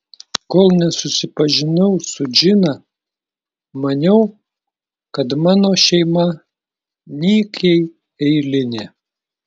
kol nesusipažinau su džina maniau kad mano šeima nykiai eilinė